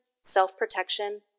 self-protection